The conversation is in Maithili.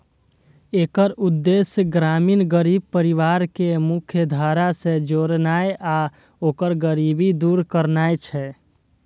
एकर उद्देश्य ग्रामीण गरीब परिवार कें मुख्यधारा सं जोड़नाय आ ओकर गरीबी दूर करनाय छै